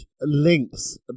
links